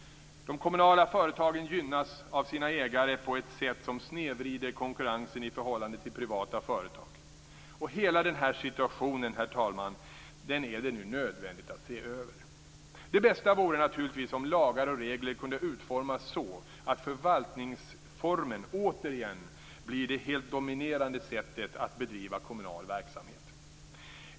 De kommunala företagen gynnas av sina ägare på ett sätt som snedvrider konkurrensen i förhållande till privata företag. Hela den här situationen, herr talman, är det nu nödvändigt att se över. Det bästa vore naturligtvis om lagar och regler kunde utformas så, att förvaltningsformen återigen blir det helt dominerande sättet att bedriva kommunal verksamhet.